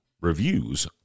reviews